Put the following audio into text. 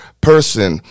person